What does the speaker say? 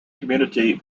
community